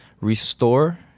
restore